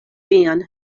vian